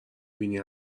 بینی